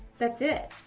that's it!